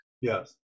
yes